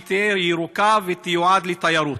שהיא תהיה ירוקה ותיועד לתיירות.